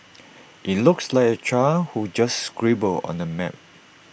IT looks like A child who just scribbled on the map